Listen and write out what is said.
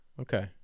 Okay